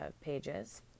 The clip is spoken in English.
pages